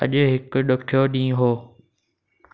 अॼु हिकु ॾुखियो ॾींहुं हो